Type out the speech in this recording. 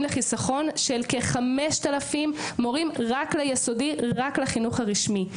לחיסכון של כ-5,000 מורים רק ליסודי רק לחינוך הרשמי.